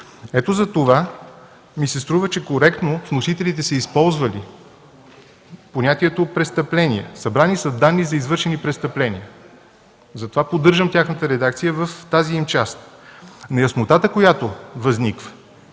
Ето затова ми се струва, че коректно вносителите са използвали понятието „престъпления” – „събрани са данни за извършени престъпления”. Затова поддържам тяхната редакция в тази им част. Неяснотата, която възниква